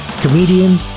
comedian